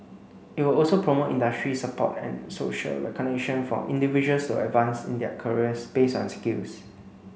it will also promote industry support and social recognition for individuals to advance in their careers based on skills